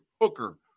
Hooker